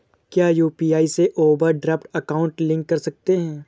क्या यू.पी.आई से overdraft account link कर सकते हैं?